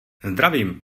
zdravím